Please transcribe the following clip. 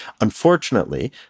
Unfortunately